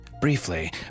Briefly